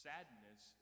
Sadness